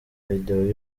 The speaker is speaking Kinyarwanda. videwo